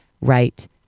right